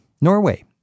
Norway